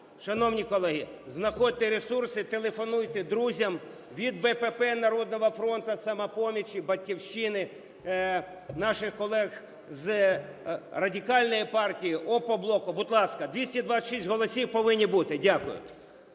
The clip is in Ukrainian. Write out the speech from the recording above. Шановні колеги, знаходьте ресурси, телефонуйте друзям, від БПП, "Народного фронту", "Самопомочі", "Батьківщини", наших колег з Радикальної партії, Опоблоку, будь ласка, 226 голосів повинні бути. Дякую.